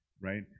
right